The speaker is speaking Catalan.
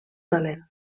talent